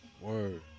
Word